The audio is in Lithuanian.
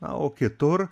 na o kitur